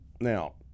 Now